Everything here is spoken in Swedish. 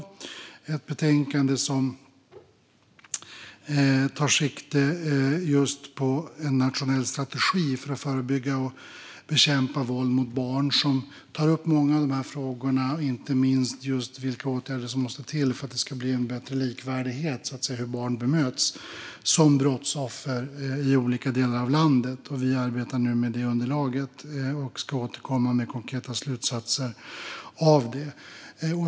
Det är ett betänkande som tar sikte just på en nationell strategi för att förebygga och bekämpa våld mot barn. Den tar upp många av dessa frågor. Det gäller inte minst vilka åtgärder som måste till för att det ska bli en bättre likvärdighet i fråga om hur barn bemöts som brottsoffer i olika delar av landet. Vi arbetar nu med detta underlag och ska återkomma med konkreta slutsatser.